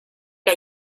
que